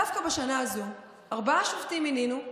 דווקא בשנה הזאת ארבעה שופטים מינינו,